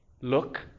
look